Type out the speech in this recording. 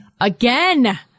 again